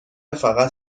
فقط